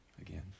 again